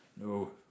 no